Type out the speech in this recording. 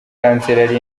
kanseri